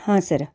ಹಾಂ ಸರ